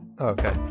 Okay